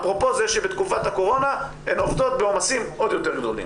אפרופו זה שבתקופת הקורונה הן עובדות בעומסים עוד יותר גדולים?